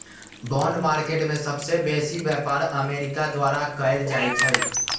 bond market में सबसे बेसी व्यापार अमेरिका द्वारा कएल जाइ छइ